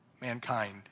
mankind